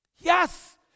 Yes